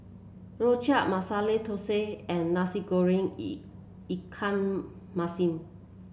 Rojak Masala Thosai and Nasi Goreng Ikan Masin